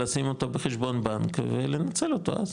לשים אותו בחשבון בנק ולנצל אותו.